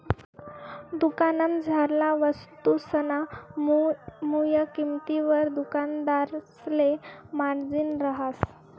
दुकानमझारला वस्तुसना मुय किंमतवर दुकानदारसले मार्जिन रहास